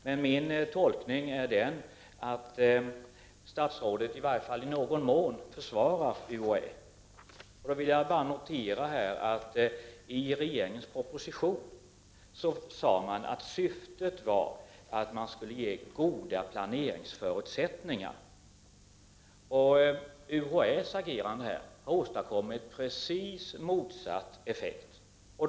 Jag tolkar emellertid svaret så, att statsrådet i varje fall i någon mån försvarar UHÄ. Men jag noterar att regeringen i propositionen sade att syftet var att ge goda planeringsförutsättningar. UHÄ:s agerande här har dock åstadkommit precis den motsatta effekten.